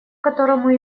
которому